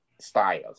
styles